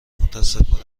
متاسفانه